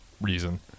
reason